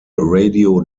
radio